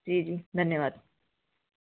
जी जी धन्यवाद